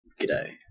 G'day